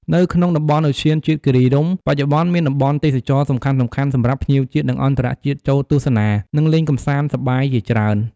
នៅក្នុងតំបន់ឧទ្យានជាតិគិរីរម្យ បច្ចុប្បន្នមានតំបន់ទេសចរណ៍សំខាន់ៗ សម្រាប់ភ្ញៀវជាតិ និងអន្តរជាតិចូលទស្សនា និងលេងកម្សាន្តសប្បាយជាច្រើន។